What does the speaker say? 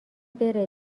بره